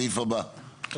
סעיף הבא.